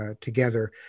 together